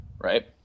Right